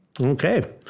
Okay